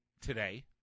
today